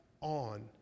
on